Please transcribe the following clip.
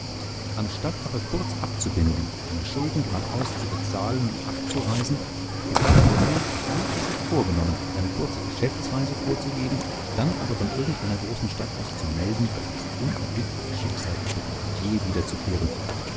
anstatt aber kurz abzubinden seine schulden gradaus zu bezahlen und abzureisen gedachte er wie er sich vorgenommen eine kurze geschäftsreise vorzugeben dann aber von irgendeiner großen stadt aus zu melden daß das unerbittliche schicksal ihm verbiete je wiederzukehren